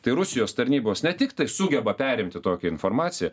tai rusijos tarnybos ne tiktai sugeba perimti tokią informaciją